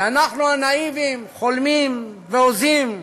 שאנחנו הנאיביים חולמים והוזים.